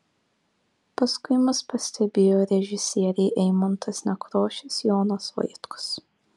paskui mus pastebėjo režisieriai eimuntas nekrošius jonas vaitkus